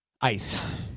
ice